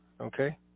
Okay